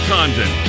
Condon